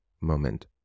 moment